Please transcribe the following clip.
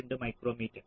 32 micrometre